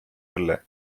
õlle